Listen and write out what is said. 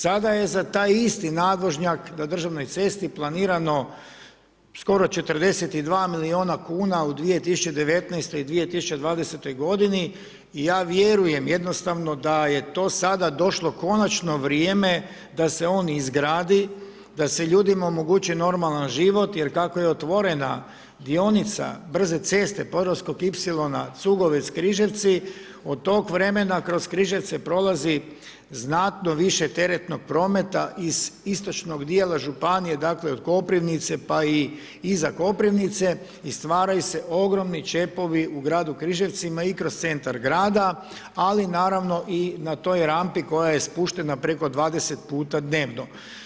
Sada je za taj isti nadvožnjak na državnoj cesti planirano skoro 42 milijuna kuna u 2019. i 2020. godini i ja vjerujem jednostavno da je to sada došlo konačno vrijeme da se on izgradi da se ljudima omogući normalan život jer kako je otvorena dionica brze ceste Podravskog ipsilona Cugovec – Križevci od tog vremena kroz Križevce prolazi znatno više teretnog prometa iz istočnog dijela županije dakle, od Koprivnice pa i iza Koprivnice i stvaraju se ogromni čepovi u gradu Križevcima i kroz centar grada, ali naravno i na toj rampi koja je spuštena preko 20 puta dnevno.